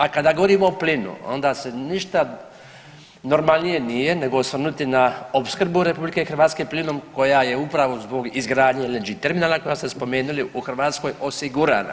A kada govorimo o plinu onda se ništa normalnije nije nego osvrnuti na opskrbu RH plinom koja je upravo zbog izgradnje LNG terminala koja ste spomenuli u Hrvatskoj osigurana.